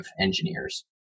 engineers